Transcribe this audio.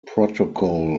protocol